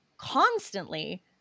constantly